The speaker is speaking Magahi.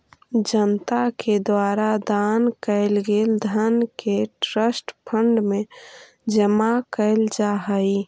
जनता के द्वारा दान कैल गेल धन के ट्रस्ट फंड में जमा कैल जा हई